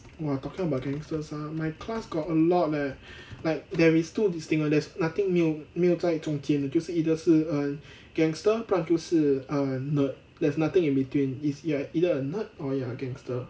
!wah! talking about gangsters ah my class got a lot leh like there is two distinct [one] there's nothing 没有没有在中间的就是 either 是 err gangster 不然就是 err nerd there's nothing in between it's either you're a nerd or you're a gangster